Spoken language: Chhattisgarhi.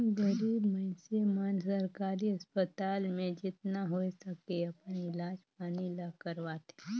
गरीब मइनसे मन सरकारी अस्पताल में जेतना होए सके अपन इलाज पानी ल करवाथें